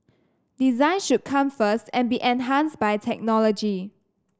design should come first and be enhanced by technology